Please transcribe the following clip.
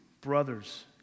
brothers